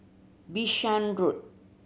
Bishan Road